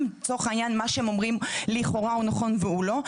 לצורך העניין אם מה שהם אומרים הוא לכאורה נכון והוא לא,